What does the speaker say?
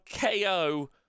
KO